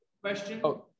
question